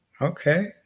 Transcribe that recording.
Okay